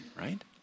right